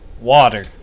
Water